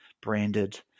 branded